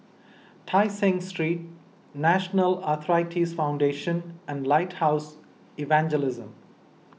Tai Seng Street National Arthritis Foundation and Lighthouse Evangelism